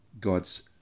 God's